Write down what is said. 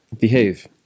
Behave